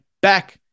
back